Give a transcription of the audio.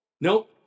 nope